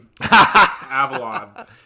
Avalon